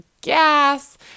gas